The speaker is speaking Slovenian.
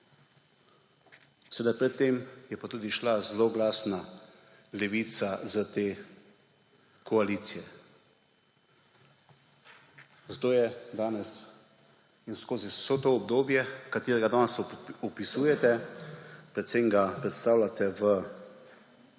nič.« Pred tem je pa tudi šla zloglasna Levica iz te koalicije. Zato je danes in skozi vso to obdobje, katerega danes opisujete, predvsem ga predstavljate v